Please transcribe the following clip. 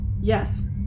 Yes